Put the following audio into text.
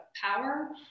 power